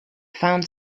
found